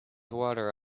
water